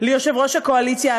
ליושב-ראש הקואליציה,